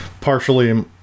partially